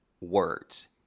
words